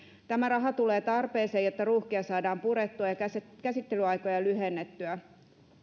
tämä raha tulee tarpeeseen jotta ruuhkia saadaan purettua ja käsittelyaikoja lyhennettyä